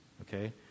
Okay